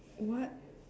what